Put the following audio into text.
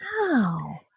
Wow